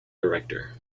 director